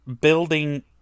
building